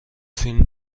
فیلم